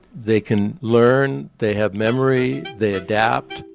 they can learn, they have memory, they adapt.